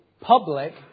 public